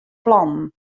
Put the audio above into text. plannen